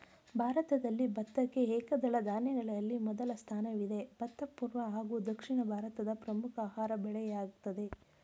ಭಾರತದಲ್ಲಿ ಭತ್ತಕ್ಕೆ ಏಕದಳ ಧಾನ್ಯಗಳಲ್ಲಿ ಮೊದಲ ಸ್ಥಾನವಿದೆ ಭತ್ತ ಪೂರ್ವ ಹಾಗೂ ದಕ್ಷಿಣ ಭಾರತದ ಪ್ರಮುಖ ಆಹಾರ ಬೆಳೆಯಾಗಯ್ತೆ